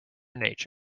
nature